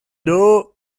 dos